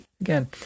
again